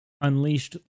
unleashed